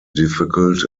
difficult